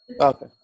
Okay